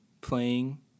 playing